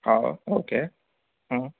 હા ઓકે હ